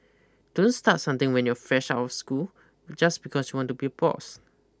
don't start something when you're fresh of school just because you want to be boss